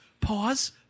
pause